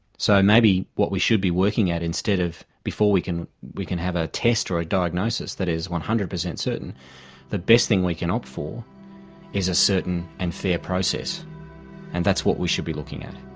so maybe what we should be working at instead of before we can we can have a test or a diagnosis that is one hundred percent certain the best thing we can opt for is a certain and fair process and that's what we should be looking at.